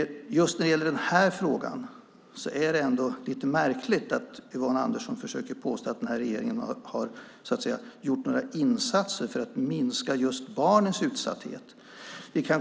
Det är lite märkligt att Yvonne Andersson påstår att den här regeringen har gjort insatser för att minska barnens utsatthet.